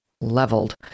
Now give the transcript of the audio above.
leveled